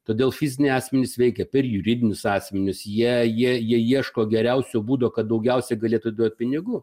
todėl fiziniai asmenys veikia per juridinius asmenis jie jie ieško geriausio būdo kad daugiausiai galėtų duot pinigų